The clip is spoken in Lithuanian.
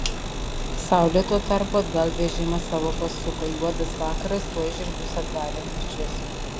saulė tuo tarpu atgal vežimą savo pasuko juodas vakaras tuoj žirgus atvarė nirčius